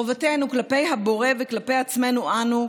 חובתנו כלפי הבורא וכלפי עצמנו אנו,